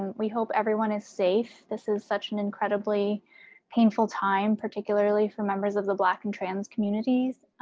and we hope everyone is safe. this is such an incredibly painful time, particularly for members of the black and trans communities.